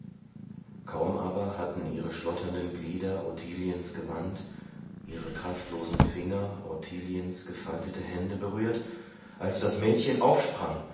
kaum aber hatten ihre schlotternden glieder ottiliens gewand ihre kraftlosen finger ottiliens gefaltete hände berührt als das mädchen aufsprang